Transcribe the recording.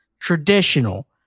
traditional